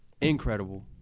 incredible